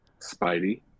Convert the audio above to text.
Spidey